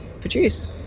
produce